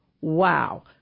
wow